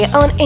on